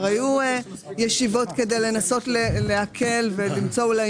אני אומרת שחשוב לשבת והבנתי שכבר היו ישיבות כדי לנסות להקל ולמצוא אולי